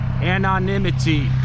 Anonymity